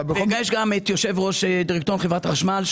נמצא פה גם יושב-ראש דירקטוריון חברת החשמל,